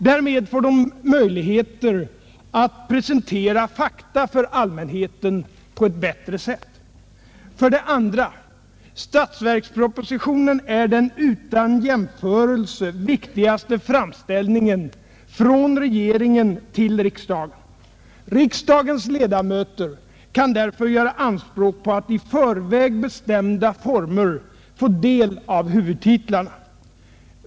Därmed får de möjligheter att presentera fakta för allmänheten på ett bättre sätt. 2. Statsverkspropositionen är den utan jämförelse viktigaste framställningen från regeringen till riksdagen. Riksdagens ledamöter kan därför göra anspråk på att enligt i förväg bestämda former få del av huvudtitlarna.